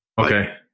Okay